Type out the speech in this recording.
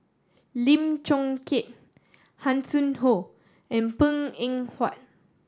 Lim Chong Keat Hanson Ho and Png Eng Huat